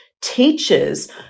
teachers